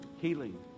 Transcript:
healing